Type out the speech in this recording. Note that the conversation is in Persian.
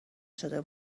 شده